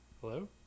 Hello